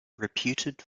reputed